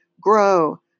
grow